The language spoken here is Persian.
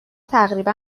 تقریبا